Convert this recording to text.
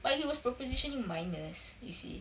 but he was propositioning minors you see